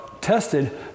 tested